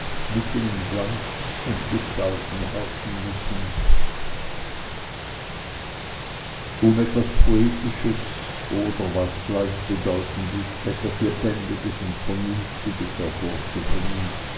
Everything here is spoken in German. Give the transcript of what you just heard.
mitten in glanz und gestalten herrschen müssen um etwas poetisches oder was gleichbedeutend ist etwas lebendiges und vernünftiges hervorzubringen